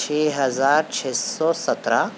چھ ہزار چھ سو سترا